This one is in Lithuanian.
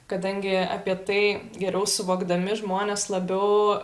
kadangi apie tai geriau suvokdami žmonės labiau